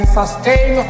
sustain